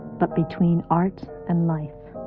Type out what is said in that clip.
but between art and life.